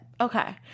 Okay